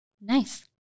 Nice